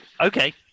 okay